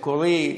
מקורי,